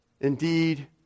indeed